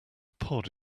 pod